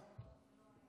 איפה השר?